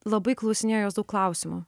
labai klausinėjau jos daug klausimų